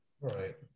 Right